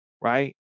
right